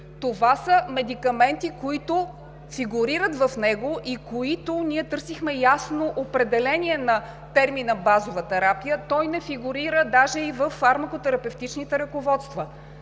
това са медикаменти, които фигурират в него и за които ние търсихме ясно определение на термина „базова терапия“. Той не фигурира даже и в фармакотерапевтичните ръководства!